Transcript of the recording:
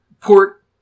port